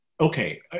okay